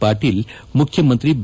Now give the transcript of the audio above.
ಪಾಟೀಲ್ ಮುಖ್ಯಮಂತ್ರಿ ಬಿ